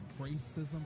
racism